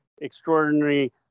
extraordinary